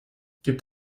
gibt